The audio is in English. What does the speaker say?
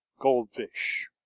goldfish